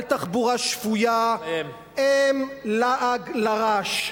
על תחבורה שפויה, הם לעג לרש.